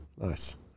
Nice